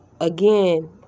again